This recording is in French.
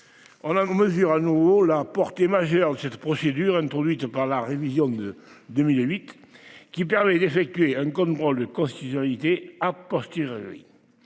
On a mesure à nouveau la portée majeure de cette procédure, introduite par la révision de 2008 qui permet d'effectuer un contrôle de constitutionnalité à partir. Oui.